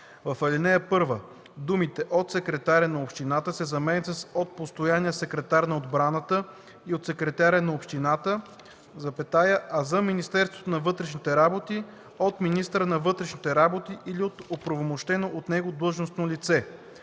утвърдени от главния секретар, съответно от постоянния секретар на отбраната и от секретаря на общината, а за Министерството на вътрешните работи – от министъра на вътрешните работи или от оправомощено от него длъжностно лице.”